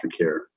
aftercare